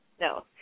No